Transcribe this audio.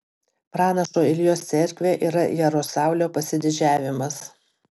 pranašo iljos cerkvė yra jaroslavlio pasididžiavimas